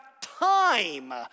time